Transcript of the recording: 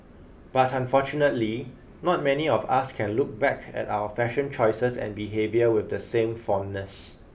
but unfortunately not many of us can look back at our fashion choices and behaviour with the same fondness